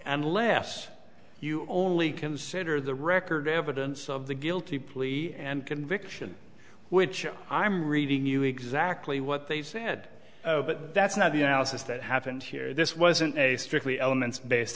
unless you only consider the record evidence of the guilty plea and conviction which i'm reading you exactly what they said but that's not the analysis that happened here this wasn't a strictly elements based